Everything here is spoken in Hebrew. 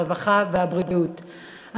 הרווחה והבריאות נתקבלה.